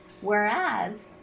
Whereas